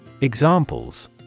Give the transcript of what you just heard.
Examples